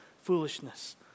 foolishness